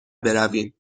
برویم